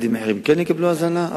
ילדים אחרים כן יקבלו הזנה.